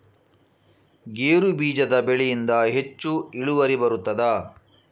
ಗೇರು ಬೀಜದ ಬೆಳೆಯಿಂದ ಹೆಚ್ಚು ಇಳುವರಿ ಬರುತ್ತದಾ?